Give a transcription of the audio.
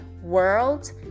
world